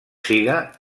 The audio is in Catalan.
siga